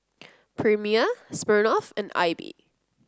Premier Smirnoff and AIBI